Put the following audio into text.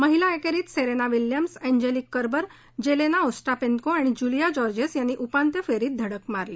महिला एकेरीत Serena Williams Angelique Kerber Jelena Ostapenko आणि ज्युलिया जॉजेंस यांनी उपांत्य फेरीत धडक मारली